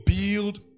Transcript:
build